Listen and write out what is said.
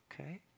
Okay